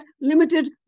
limited